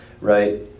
right